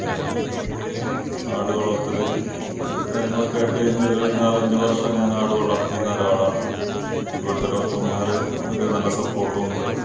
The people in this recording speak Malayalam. ആട് വളർത്തൽ കാര്യങ്ങളൊക്കെ ആയിട്ട് ഒരു നാലഞ്ച് വർഷം ഞാൻ ആട് വളർത്തിയിരുന്ന ഒരാളാണ് ഇവിടുത്തെ ഡോക്ടർമാർ ഒക്കെ നല്ല സപ്പോർട്ടും ഉണ്ട്